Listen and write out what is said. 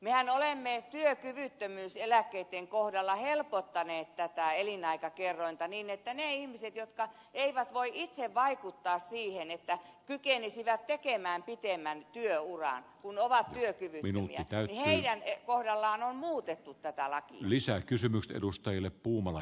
mehän olemme työkyvyttömyyseläkkeitten kohdalla helpottaneet tätä elinaikakerrointa niin että niiden ihmisten kohdalla jotka eivät voi itse vaikuttaa siihen että kykenisivät tekemään pitemmän työuran kun ovat työkyvyttömiä on muutettu tätä lakia